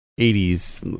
80's